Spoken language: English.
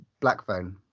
Blackphone